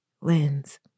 lens